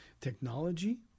technology